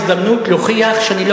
ומצד שני,